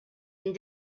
and